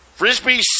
Frisbee